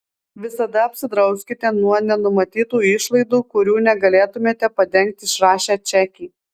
visada apsidrauskite nuo nenumatytų išlaidų kurių negalėtumėte padengti išrašę čekį